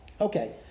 Okay